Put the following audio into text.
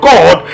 God